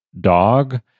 dog